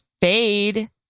fade